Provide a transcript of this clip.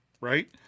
right